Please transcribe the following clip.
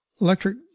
Electric